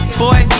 boy